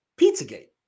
Pizzagate